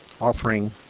offering